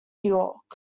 york